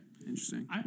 Interesting